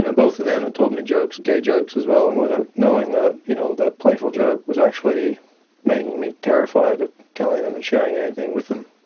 and both of them had told me jokes, gay jokes as well, and without knowing that you know that playful joke was actually making me terrified of telling them and sharing anything with them.